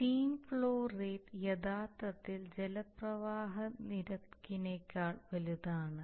steam flow rate യഥാർത്ഥത്തിൽ ജലപ്രവാഹ നിരക്കിനേക്കാൾ വലുതാണ്